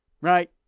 right